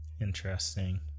Interesting